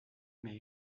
mais